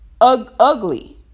ugly